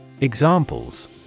Examples